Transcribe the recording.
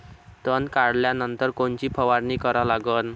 तन काढल्यानंतर कोनची फवारणी करा लागन?